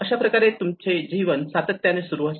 अशाप्रकारे इथे तुमचे जीवन सातत्याने सुरू असते